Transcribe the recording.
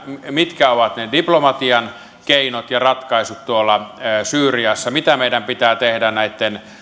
mitkä ovat ne diplomatian keinot ja ratkaisut tuolla syyriassa mitä meidän pitää tehdä näitten